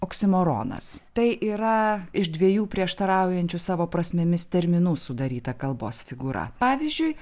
oksimoronas tai yra iš dviejų prieštaraujančių savo prasmėmis terminų sudaryta kalbos figūra pavyzdžiui